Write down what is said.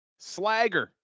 Slagger